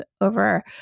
over